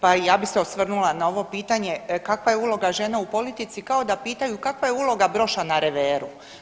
Pa ja bih se osvrnula na ovo pitanje kakva je uloga žena u politici kao da pitaju kakva je uloga broša na reveru.